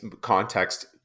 context